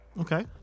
okay